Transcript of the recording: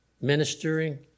ministering